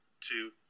two